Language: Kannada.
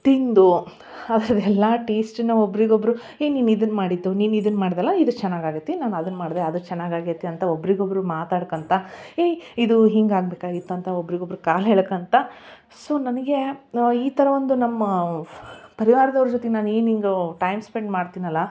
ತಿಂದು ಅದನ್ನೆಲ್ಲ ಟೇಸ್ಟ್ನ ಒಬ್ಬರಿಗೊಬ್ರು ಹೇ ನೀನು ಇದನ್ನ ಮಾಡಿದ್ದು ನೀನು ಇದನ್ನ ಮಾಡಿದೆ ಅಲ್ಲ ಇದು ಚೆನ್ನಾಗಿ ಆಗುತ್ತೆ ನಾನು ಅದನ್ನ ಮಾಡಿದೆ ಅದು ಚೆನ್ನಾಗಿ ಆಗೈತೆ ಅಂತ ಒಬ್ಬರಿಗೊಬ್ರು ಮಾತಾಡ್ಕೊಳ್ತಾ ಹೇ ಇದು ಹಿಂಗೆ ಆಗಬೇಕಾಗಿತ್ತು ಅಂತ ಒಬ್ಬರಿಗೊಬ್ರು ಕಾಲು ಎಳ್ಕೊಳ್ತಾ ಸೊ ನನಗೆ ಈ ಥರ ಒಂದು ನಮ್ಮ ಪರಿವಾರದವ್ರ ಜೊತೆ ನಾನೇನು ಹಿಂಗೆ ಟೈಮ್ ಸ್ಪೆಂಡ್ ಮಾಡ್ತೀನಲ್ಲ